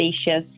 spacious